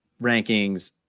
rankings